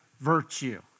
virtue